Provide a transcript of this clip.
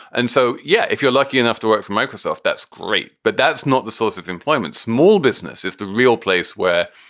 and so, yeah, if you're lucky enough to work for microsoft, that's great. but that's not the source of employment. small business is the real place where,